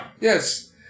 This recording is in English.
Yes